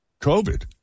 COVID